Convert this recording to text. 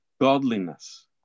Godliness